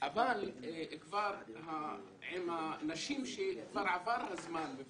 אבל בכדי להדביק את הפער של הנשים שכבר הפסידו,